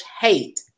hate